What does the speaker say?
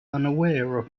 unaware